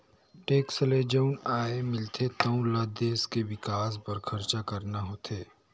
tax ले जउन आय मिलथे तउन ल देस के बिकास बर खरचा करना होथे